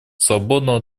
свободного